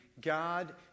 God